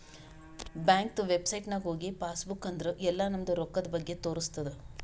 ಬ್ಯಾಂಕ್ದು ವೆಬ್ಸೈಟ್ ನಾಗ್ ಹೋಗಿ ಪಾಸ್ ಬುಕ್ ಅಂದುರ್ ಎಲ್ಲಾ ನಮ್ದು ರೊಕ್ಕಾದ್ ಬಗ್ಗೆ ತೋರಸ್ತುದ್